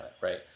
right